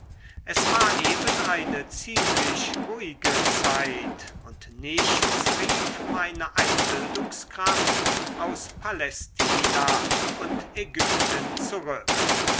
es war eben eine ziemlich ruhige zeit und nichts rief meine einbildungskraft aus palästina und ägypten zurück